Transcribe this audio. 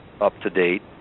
up-to-date